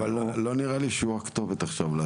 לא נראה לי שהוא הכתובת עכשיו.